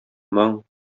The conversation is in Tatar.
моң